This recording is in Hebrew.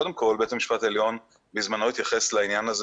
קודם כל בית המשפט העליון בזמנו התייחס לעניין הזה